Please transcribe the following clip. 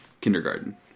kindergarten